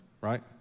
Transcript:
right